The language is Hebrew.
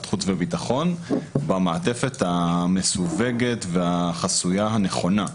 חוץ וביטחון במעטפת המסווגת והחסויה הנכונה.